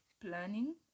planning